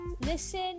Listen